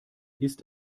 ist